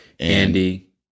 Andy